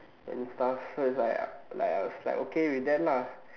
and stuff so it's like like I was okay with that lah